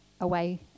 away